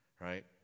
right